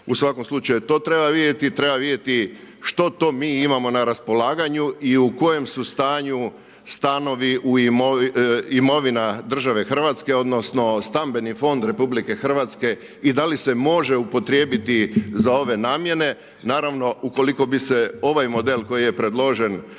U svakom slučaju to treba vidjeti i treba vidjeti što to mi imamo na raspolaganju i u kojem su stanju stanovi, imovina države Hrvatske odnosno stambeni fond RH i da li se može upotrijebiti za ove namjene. Naravno ukoliko bi se ovaj model koji je predložen,